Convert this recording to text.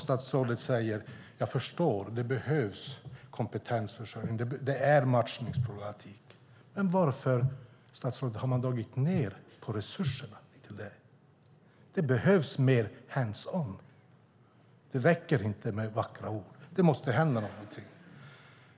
Statsrådet säger att hon förstår att det behövs kompetensförsörjning, att det finns en matchningsproblematik, men varför, statsrådet, har man dragit ned på resurserna? Det behövs mer hands on. Det räcker inte med vackra ord. Det måste hända någonting.